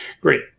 Great